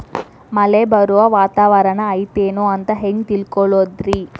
ಮಳೆ ಬರುವ ವಾತಾವರಣ ಐತೇನು ಅಂತ ಹೆಂಗ್ ತಿಳುಕೊಳ್ಳೋದು ರಿ?